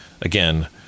Again